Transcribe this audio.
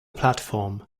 platform